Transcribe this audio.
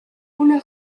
una